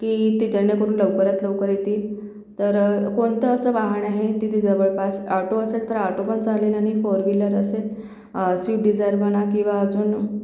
की ते देणेकरून लवकरात लवकर येतील तर कोणतं असं वाहन आहे तिथे जवळपास ऑटो असेल तर आटोपण चालेल आणि फोर वीलर असेत स्विप डिजायर म्हणा किंवा अजून